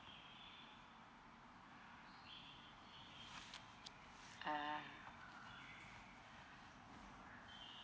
ah